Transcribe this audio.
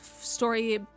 story